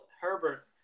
Herbert